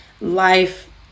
life